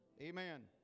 amen